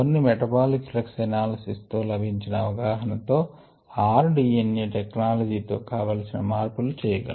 metabolic flux analysis తో లభించిన అవగాహన తో rDNA టెక్నలాజి తో కావలిసిన మార్పులు చేయగలము